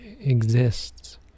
exists